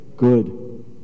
good